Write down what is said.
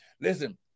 Listen